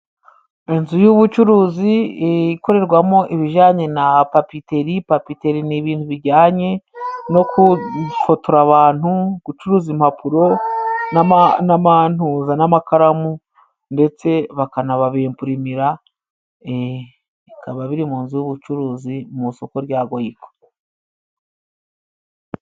Inzu y'ubucuruzi ikorerwamo ibijanye na Papiteri. Papiteri ni ibintu bijyanye no :kufotora abantu, gucuruza impapuro , n'ama n'amantuza n'amakaramu ndetse bakanababimpurimira, bikaba biri mu nzu y'ubucuruzi mu isoko rya Goyiko.